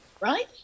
right